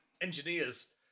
engineers